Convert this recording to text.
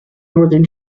northern